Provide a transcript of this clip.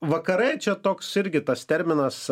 vakarai čia toks irgi tas terminas